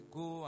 go